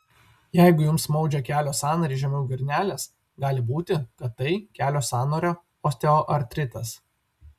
jeigu jums maudžia kelio sąnarį žemiau girnelės gali būti kad tai kelio sąnario osteoartritas